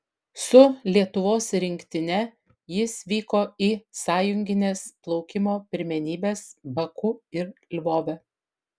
su lietuvos rinktine jis vyko į sąjungines plaukimo pirmenybes baku ir lvove